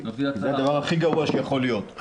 זה הדבר הכי גרוע שיכול להיות,